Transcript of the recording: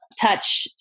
touch